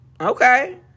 Okay